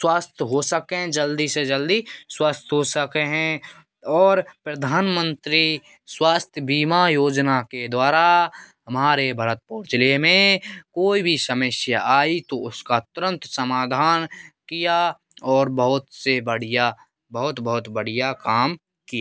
स्वस्थ हो सकें जल्दी से जल्दी स्वस्थ हो सके हैं और प्रधान मंत्री स्वास्थ्य बीमा योजना के द्वारा हमारे भरतपुर जिले में कोई भी समस्या आई तो उसका तुरंत समाधान किया और बहुत से बढ़िया बहुत बहुत बढ़िया काम किया